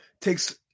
takes